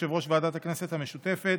יושב-ראש ועדת הכנסת המשותפת,